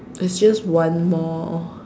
it's just one more